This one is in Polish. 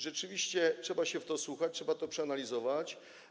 Rzeczywiście trzeba się w to wsłuchać, trzeba to przeanalizować.